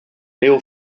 léo